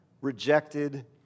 rejected